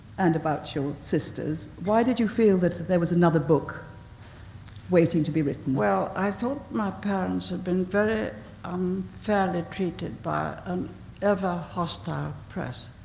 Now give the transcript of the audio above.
and about your sisters. why did you feel that there was another book waiting to be written? well, i thought my parents had been very um unfairly treated by an ever-hostile press,